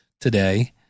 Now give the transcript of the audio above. today